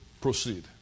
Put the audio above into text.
Proceed